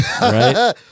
Right